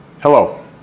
Hello